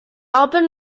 album